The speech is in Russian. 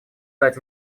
дать